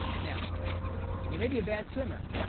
now you may be a bad swimmer.